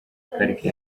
pariki